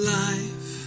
life